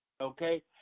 Okay